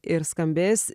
ir skambės